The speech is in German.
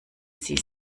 sie